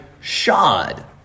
shod